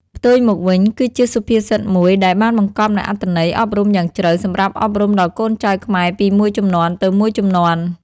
ផ្ទុយមកវិញ គឺជាសុភាសិតមួយដែលបានបង្កប់នូវអត្ថន័យអប់រំយ៉ាងជ្រៅសម្រាប់អប់រំដល់កូនចៅខ្មែរពីមួយជំនាន់ទៅមួយជំនាន់។